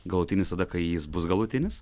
galutinis tada kai jis bus galutinis